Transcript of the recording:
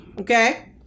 Okay